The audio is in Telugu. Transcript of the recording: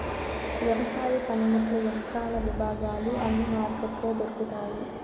వ్యవసాయ పనిముట్లు యంత్రాల విభాగాలు అన్ని మార్కెట్లో దొరుకుతాయి